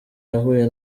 yahuye